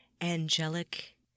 angelic